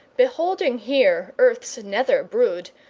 beholding here earth's nether brood,